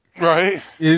Right